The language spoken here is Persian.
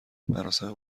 مراسم